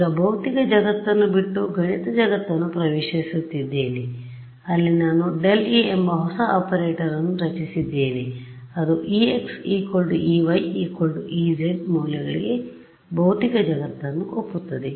ಈಗ ಭೌತಿಕ ಜಗತ್ತನ್ನು ಬಿಟ್ಟು ಗಣಿತದ ಜಗತ್ತನ್ನು ಪ್ರವೇಶಿಸಿದ್ದೇನೆ ಅಲ್ಲಿ ನಾನು ∇e ಎಂಬ ಹೊಸ ಆಪರೇಟರ್ ಅನ್ನು ರಚಿಸಿದ್ದೇನೆ ಅದುex ey ez ಮೌಲ್ಯಗಳಿಗೆ ಭೌತಿಕ ಜಗತ್ತನ್ನು ಒಪ್ಪುತ್ತದೆ